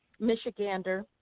Michigander